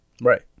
Right